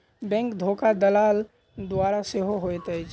bank धोखा दलाल द्वारा सेहो होइत अछि